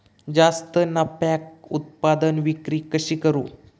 जास्त नफ्याक उत्पादन विक्री कशी करू?